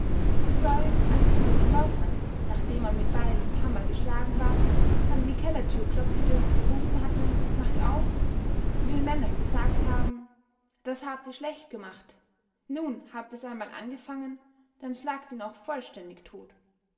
sie sollen als der oberstleutnant nachdem er mit beil und hammer geschlagen war an die kellertür klopfte und gerufen hatte macht auf zu den männern gesagt haben das habt ihr schlecht gemacht nun habt ihr's einmal angefangen dann schlagt ihn auch vollständig tot